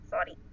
Sorry